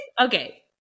Okay